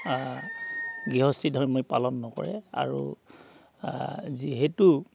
গৃহস্থি ধৰ্ম পালন নকৰে আৰু যিহেতু